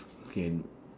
can